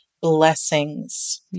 blessings